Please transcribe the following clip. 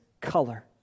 color